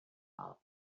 val